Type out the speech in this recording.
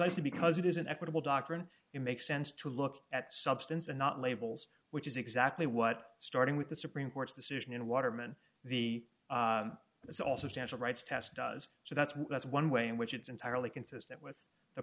precisely because it is an equitable doctrine it makes sense to look at substance and not labels which is exactly what starting with the supreme court's decision in waterman the it's also channel rights test does so that's that's one way in which it's entirely consistent with the